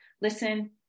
listen